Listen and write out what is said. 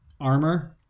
armor